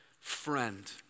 friend